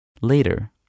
Later